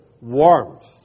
warmth